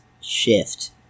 shift